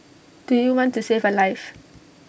do you want to save A life